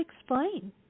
explain